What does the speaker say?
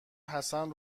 حسن